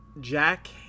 Jack